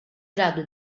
grado